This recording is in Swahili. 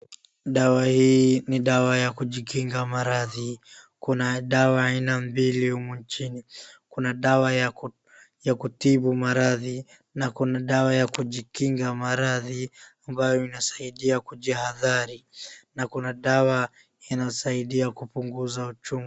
Dawa hii ni dawa ya kujikinga maradhi. Kuna dawa aina mbili humu nchini. Kuna dawa ya kutibu maradhi na kuna dawa ya kujikinga maradhi ambayo inasaidia kujihadhari na kuna dawa inasaidia kupunguza uchungu.